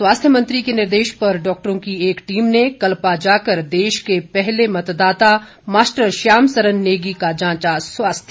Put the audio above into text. स्वास्थ्य मंत्री के निर्देश पर डॉक्टरों की एक टीम ने कल्पा जाकर देश के पहले मतदाता मास्टर श्याम सरन नेगी का जांचा स्वास्थ्य